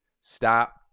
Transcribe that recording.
Stop